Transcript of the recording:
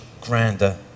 grander